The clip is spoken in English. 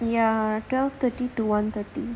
ya twelve thirty to one thirty